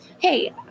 Hey